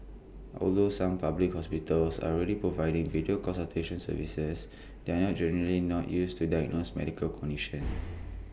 although some public hospitals are already providing video consultation services they are generally not used to diagnose medical conditions